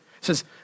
says